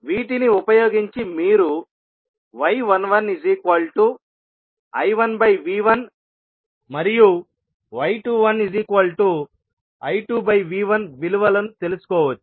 వీటిని ఉపయోగించి మీరు y11I1V1 మరియు y21I2V1 విలువలను తెలుసుకోవచ్చు